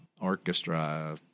orchestra